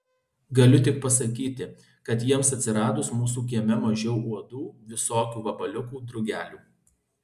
galiu tik pasakyti kad jiems atsiradus mūsų kieme mažiau uodų visokių vabaliukų drugelių